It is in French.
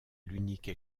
l’unique